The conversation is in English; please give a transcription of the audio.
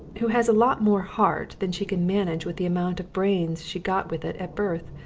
who has a lot more heart than she can manage with the amount of brains she got with it at birth.